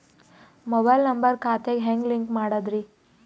Mobile number ಖಾತೆ ಗೆ ಹೆಂಗ್ ಲಿಂಕ್ ಮಾಡದ್ರಿ?